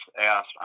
asked